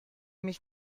mich